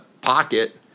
pocket